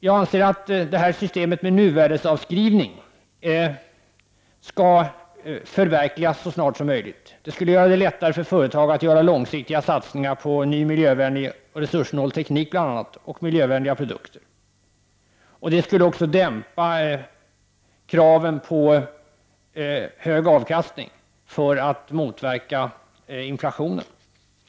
Jag anser att systemet med nuvärdesavskrivning skall förverkligas så snart som möjligt. Det skulle göra det lättare för företag att göra långsiktiga satsningar på bl.a. en ny miljövänlig och resurssnål teknik och miljövänliga produkter. Det skulle också dämpa kraven på hög avkastning för att motverka den förväntade inflationen.